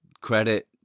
credit